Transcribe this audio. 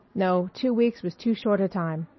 no, two weeks was too short a time.